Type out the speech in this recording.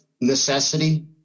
necessity